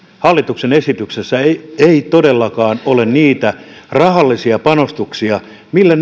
hallituksen esityksessä ei ei todellakaan ole niitä rahallisia panostuksia millä